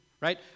Right